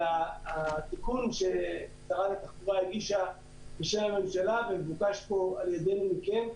והתיקון ששרת התחבורה הגישה בשם הממשלה ומבוקש פה על ידינו מכם,